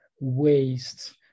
waste